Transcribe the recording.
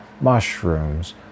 mushrooms